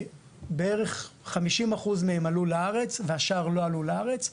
שבערך חמישים אחוז מהם לעו לארץ והשאר לא עלו לארץ,